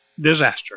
disaster